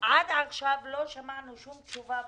עד עכשיו לא שמענו שום תשובה ברורה,